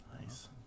Nice